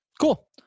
Cool